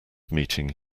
meeting